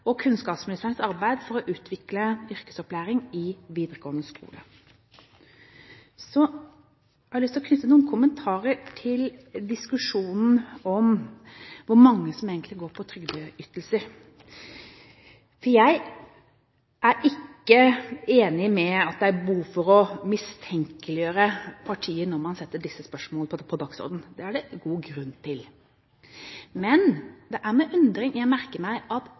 og kunnskapsministerens arbeid for å utvikle yrkesopplæring i videregående skole. Jeg har lyst å knytte noen kommentarer til diskusjonen om hvor mange som egentlig går på trygdeytelser. Jeg er ikke enig i at det er behov for å mistenkeliggjøre partier når man setter disse spørsmålene på dagsordenen. Det er det god grunn til. Men det er med undring jeg merker meg at